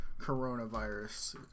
coronavirus